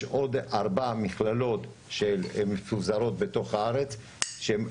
יש עוד 4 מכללות שמפוזרות בתוך הארץ שהן